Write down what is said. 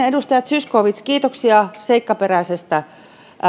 edustaja zyskowicz kiitoksia seikkaperäisestä